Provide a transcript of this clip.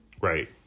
right